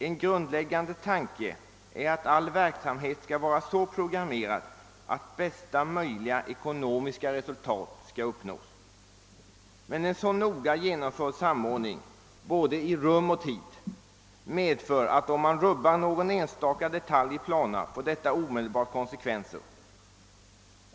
En grundläggande tanke är att all verksamhet skall vara så programmerad att bästa möjliga ekonomiska resultat skall uppnås. Men en så noga genomförd samordning i både tid och rum medför att om man rubbar någon enstaka detalj i planerna får detta omedelbara konsekvenser.